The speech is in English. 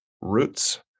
roots